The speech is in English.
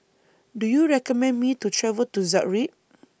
Do YOU recommend Me to travel to Zagreb